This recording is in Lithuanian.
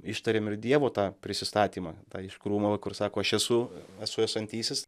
ištariam ir dievo tą prisistatymą tą iš krūmo sako aš esu esu esantysis